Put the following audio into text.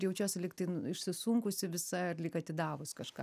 jaučiuosi lyg išsisunkusi visa ir lyg atidavus kažką